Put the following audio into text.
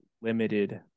limited